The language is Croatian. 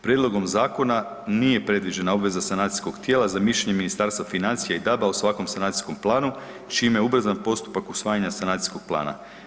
Prijedlogom zakona nije predviđena obveza sanacijskog tijela za mišljenje Ministarstva financija i DAB-a o svakom sanacijskom planu, čime je ubrzan postupak usvajanja sanacijskog plana.